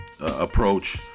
approach